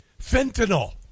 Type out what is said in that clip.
fentanyl